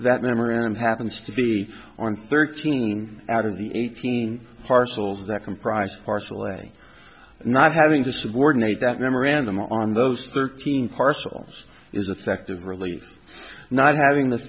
that memorandum happens to be on thirteen out of the eighteen parcels that comprise partial way not having to subordinate that memorandum on those thirteen parcels is affected really not having the